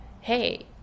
Hey